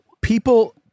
People